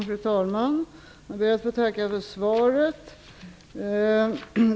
Fru talman! Jag ber att få tacka för svaret.